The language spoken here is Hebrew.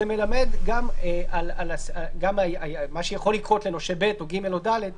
זה מלמד על מה שגם יכול לקרות לנושה ב' או ג' או ד'.